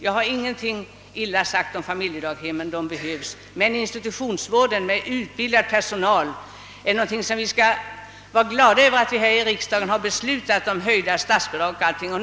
Jag har ingenting illa sagt om familjedaghemmen — de behövs! — men institutionsvården med utbildad personal är någonting som vi skall vara glada över. Vi har ju dessutom beslutat höja statsbidragen till dem.